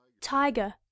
Tiger